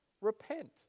repent